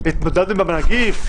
התמודדנו עם הנגיף?